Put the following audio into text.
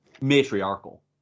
matriarchal